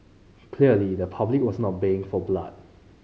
clearly the public was not baying for blood